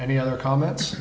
any other comments